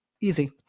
easy